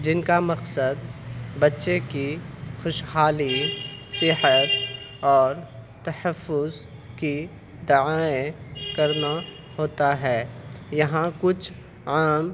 جن کا مقصد بچے کی خوشحالی صحت اور تحفظ کی دعائیں کرنا ہوتا ہے یہاں کچھ عام